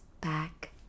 back